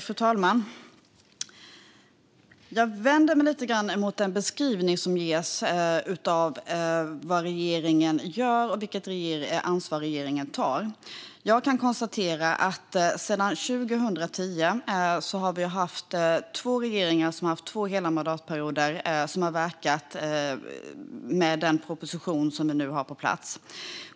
Fru talman! Jag vänder mig lite grann mot den beskrivning som ges av vad regeringen gör och vilket ansvar regeringen tar. Jag kan konstatera att sedan 2010 har vi haft två regeringar som har haft två hela mandatperioder och som har verkat med den proposition som nu är på plats.